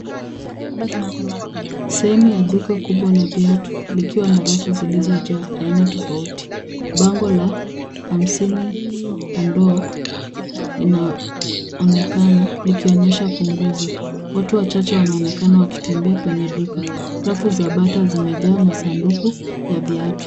Sehemu ya duka kubwa ya viatu likiwa na rafu zilizojaa haina tofauti, bango la hamsini ondoa linaonekana likionyesha punguzo. Watu wachache wanaonekana wakitembea kwenye duka. Rafu za bata zimejaa masanduku ya viatu.